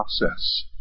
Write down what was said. process